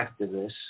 activists